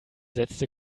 setzte